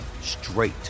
straight